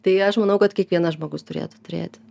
tai aš manau kad kiekvienas žmogus turėtų turėti